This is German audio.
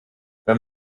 wenn